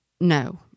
no